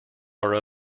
are